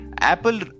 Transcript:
Apple